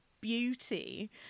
beauty